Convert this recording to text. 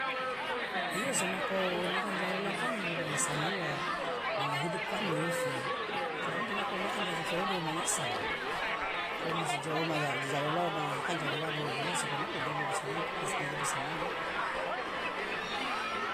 iya so nako woma akana ja loloa kan womanyasali uwa nanga hidup kan iofi tara mungkin nako woma akana ja totorou de womanyasal nako woma jaloloa woma akana ja loloa de woma nyasal sokonoke lebe wo sanang artinya lebe sanang